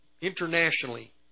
internationally